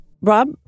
Rob